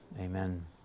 amen